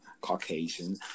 Caucasian